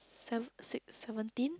seven six seventeen